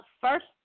First